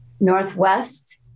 northwest